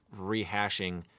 rehashing